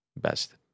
Best